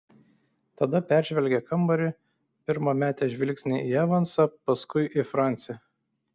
tada peržvelgė kambarį pirma metė žvilgsnį į evansą paskui į francį